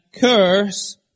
curse